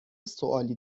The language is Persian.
سوالی